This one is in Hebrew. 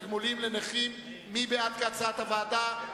תגמולים לנכים, מי בעד, כהצעת הוועדה?